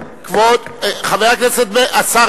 בתנאים האלה אין הסכם.